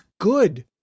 good